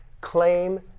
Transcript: Claim